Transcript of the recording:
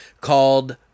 called